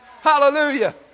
Hallelujah